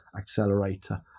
accelerator